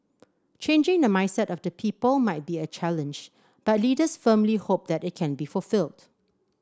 changing the mindset of the people might be a challenge but leaders firmly hope that it can be fulfilled